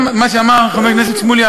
גם מה שאמר חבר הכנסת שמולי,